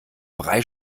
brei